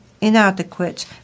inadequate